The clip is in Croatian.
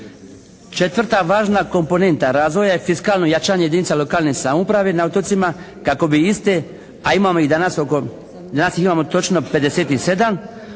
Četvrta važna komponenta razvoja je fiskalno jačanje jedinica lokalne samouprave na otocima kako bi iste, a imamo danas,